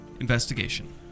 investigation